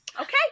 Okay